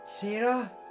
Sarah